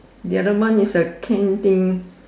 the other one is a can thing